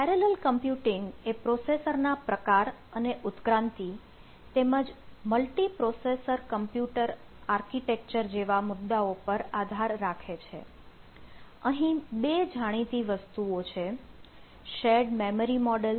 parallel computing એ processor ના પ્રકાર અને ઇવોલ્યુશન મેમરી મોડલ